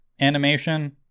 animation